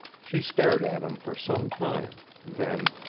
she stared at him for some time, then,